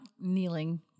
kneeling